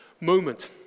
moment